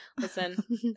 Listen